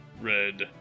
red